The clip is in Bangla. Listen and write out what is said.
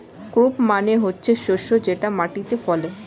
ক্রপ মানে হচ্ছে শস্য যেটা মাটিতে ফলে